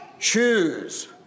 Choose